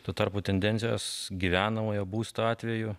tuo tarpu tendencijos gyvenamojo būsto atveju